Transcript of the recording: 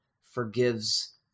forgives